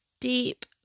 deep